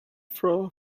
for